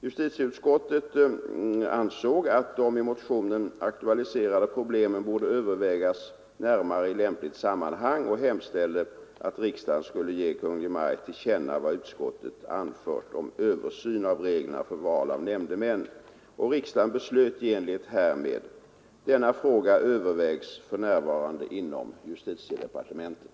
Justitieutskottet ansåg att de i motionen aktualiserade problemen borde övervägas närmare i ett lämpligt sammanhang och hemställde att riksdagen skulle ge Kungl. Maj:t till känna vad utskottet anfört om översyn av reglerna för val av nämndemän. Riksdagen beslöt i enlighet härmed. Denna fråga övervägs för närvarande inom justitiedepartementet.